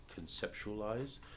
conceptualize